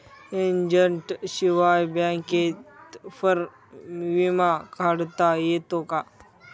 एजंटशिवाय बँकेतर्फे विमा काढता येतो का?